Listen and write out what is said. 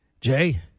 Jay